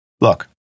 Look